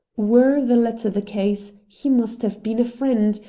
were the latter the case, he must have been a friend,